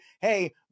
hey